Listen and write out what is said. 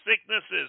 sicknesses